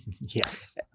Yes